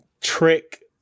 trick